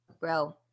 bro